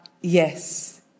Yes